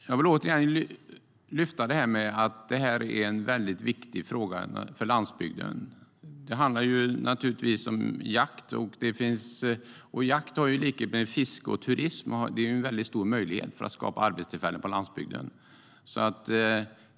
Jag vill återigen framhålla att detta är en viktig fråga för landsbygden. Det handlar naturligtvis om jakt, och jakt är i likhet med fiske och turism en väldigt stor möjlighet att skapa arbetstillfällen på landsbygden.